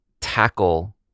tackle